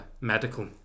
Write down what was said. medical